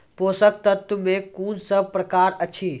पोसक तत्व मे कून सब प्रकार अछि?